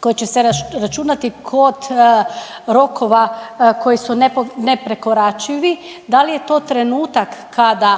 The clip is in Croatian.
koji će se računati kod rokova koji su neprekoračivi. Da li je to trenutak kada